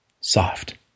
soft